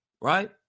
Right